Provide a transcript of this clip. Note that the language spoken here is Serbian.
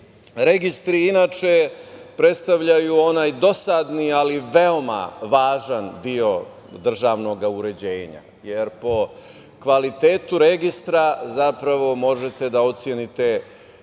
registri inače predstavljaju onaj dosadni ali veoma važan deo državnog uređenja, jer po kvalitetu registra zapravo možete da ocenite kvalitet